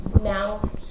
now